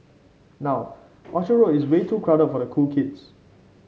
now Orchard Road is way too crowded for the cool kids